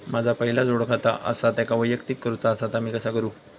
माझा पहिला जोडखाता आसा त्याका वैयक्तिक करूचा असा ता मी कसा करू?